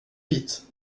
dit